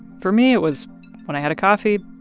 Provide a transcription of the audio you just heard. for me, it was when i had a coffee,